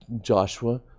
Joshua